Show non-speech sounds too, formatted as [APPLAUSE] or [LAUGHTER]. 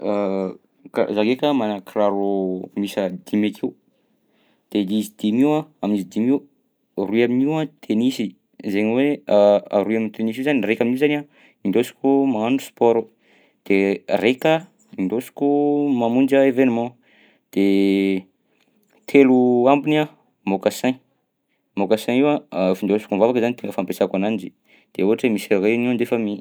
[HESITATION] Ka- za ndraika managna kiraro miisa dimy akeo. De izy dimy io a- amin'izy dimy io, roy amin'io a tenisy zaigny hoe [HESITATION] aroy am'tenisy io zany raika amin'io zany a indôsiko magnano sport de raika indôsiko mamonjy a événement, de telo ambiny a mocassin, mocassin io a [HESITATION] findôsiko mivavaka zany tegna fampisako ananjy de ohatra hoe misy réunion de famille.